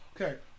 Okay